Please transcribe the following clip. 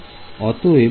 অতএব এই p হবে − 1μr